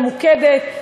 ממוקדת,